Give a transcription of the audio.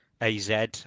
AZ